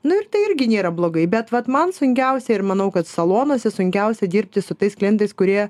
nu ir tai irgi nėra blogai bet vat man sunkiausia ir manau kad salonuose sunkiausia dirbti su tais klientais kurie